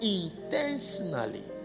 intentionally